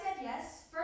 yes